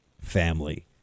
family